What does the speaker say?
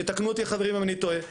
יתקנו אותי החברים אם אני טועה.